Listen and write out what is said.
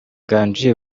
nganji